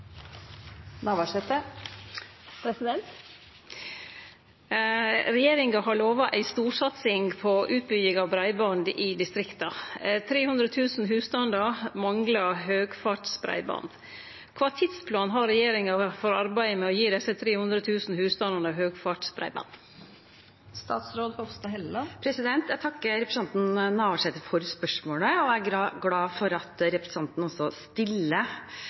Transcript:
har lova ei storsatsing på utbygging av breiband i distrikta. 300 000 husstandar manglar høgfartsbreiband. Kva tidsplan har regjeringa for arbeidet med å gje desse 300 000 husstandane høgfartsbreiband?» Jeg takker representanten Navarsete for spørsmålet. Jeg er glad for at representanten stiller